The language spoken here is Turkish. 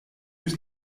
yüz